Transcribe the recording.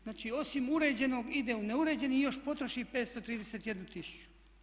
Znači, osim uređenog ide u neuređeni i još potroši 531 tisuću.